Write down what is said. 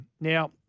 Now